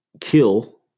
kill